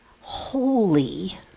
holy